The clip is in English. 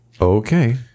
Okay